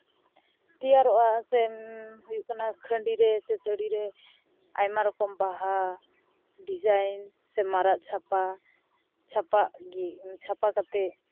ᱛᱮᱭᱟᱨᱚᱜᱼᱟ ᱥᱮ ᱦᱩᱭᱩᱜ ᱠᱟᱱᱟ ᱠᱷᱟᱺᱰᱤ ᱨᱮ ᱥᱮ ᱥᱟᱹᱲᱤ ᱨᱮ ᱟᱭᱢᱟ ᱨᱚᱠᱚᱢ ᱵᱟᱦᱟ ᱰᱤᱡᱟᱭᱤᱱ ᱥᱮ ᱢᱟᱨᱟᱜ ᱪᱷᱟᱯᱟ ᱪᱷᱟᱯᱟᱜ ᱜᱮ ᱪᱷᱟᱯᱟ ᱠᱟᱛᱮᱫ